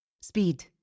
Speed